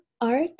art